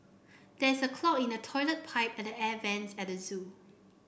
there is a clog in the toilet pipe and the air vents at the zoo